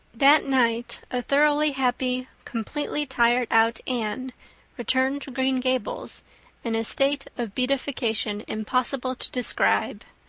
that night a thoroughly happy, completely tired-out anne returned to green gables in a state of beatification impossible to describe.